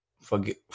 forget